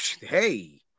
hey